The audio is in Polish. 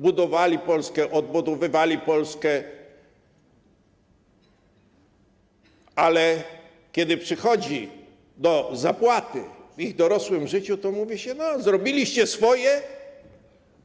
Budowali Polskę, odbudowywali Polskę, ale kiedy przychodzi do zapłaty w ich dorosłym życiu, to mówi się: no zrobiliście swoje,